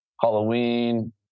Halloween